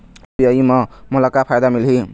UPI म मोला का फायदा मिलही?